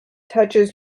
touches